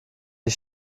die